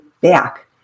back